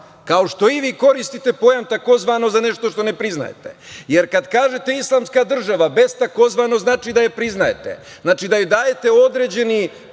kao što i vi koristite pojam takozvano za nešto što ne priznajete, jer kada kažete islamska država, bez takozvano, znači da je priznajete, znači da joj dajete određeni